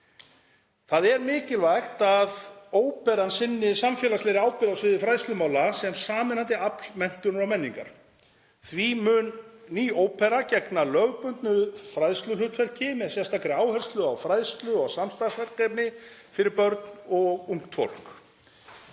Það er mikilvægt að óperan sinni samfélagslegri ábyrgð á sviði fræðslumála sem sameinandi afl menntunar og menningar. Því mun ný ópera gegna lögbundnu fræðsluhlutverki með sérstakri áherslu á fræðslu- og samstarfsverkefni fyrir börn og ungt fólk.